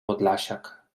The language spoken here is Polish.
podlasiak